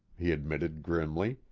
he admitted grimly.